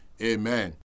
Amen